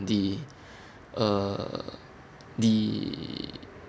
the uh the